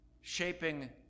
shaping